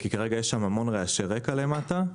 כי כרגע יש שם המון רעשי רקע, למטה.